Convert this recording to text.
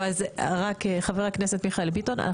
חבר הכנסת מיכאל ביטון,